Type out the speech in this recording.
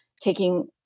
taking